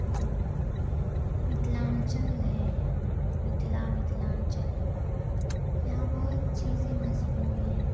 جی متھلانچل ہے یہاں متھلا متھلانچل یہاں بہت چیزیں مشہور ہیں